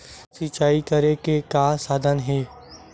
सिंचाई करे के का साधन हे?